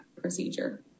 procedure